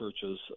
churches